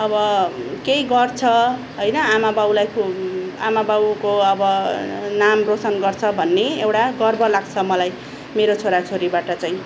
अब केही गर्छ होइन आमा बाउलाई खु आमा बाउको अब नाम रोसन गर्छ भन्ने एउटा गर्व लाग्छ मलाई मेरो छोराछोरीबाट चाहिँ